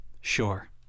Sure